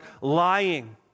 lying